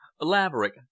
laverick